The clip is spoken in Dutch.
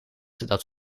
dat